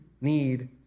need